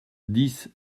dix